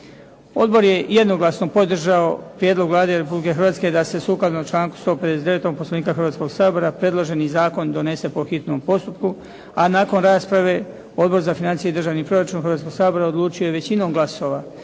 Odbor je jednoglasno podržao prijedlog Vlade Republike Hrvatske da se sukladno članku 159. Poslovnika Hrvatskoga sabora predloženi zakon donese po hitnom postupku, a nakon rasprave Odbor za financije i državni proračun Hrvatskoga sabora odlučio je većinom glasova,